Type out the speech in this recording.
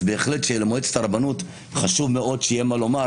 בהחלט שלמועצת הרבנות חשוב מאוד שיהיה מה לומר,